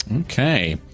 Okay